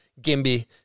Gimby